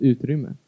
Utrymme